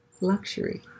luxury